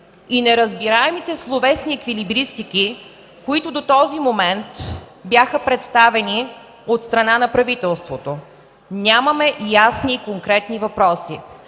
и неразбираемите словесни еквилибристики, които до този момент бяха представени от страна на правителството. Нямаме ясни и конкретни въпроси.